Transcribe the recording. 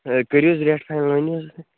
ہَے کٔرِو حظ ریٹ وۅنۍ ؤنِو حظ تُہۍ